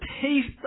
taste